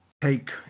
take